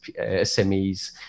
SMEs